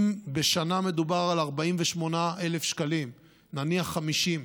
אם בשנה מדובר על 48,000 שקלים, נניח 50,000,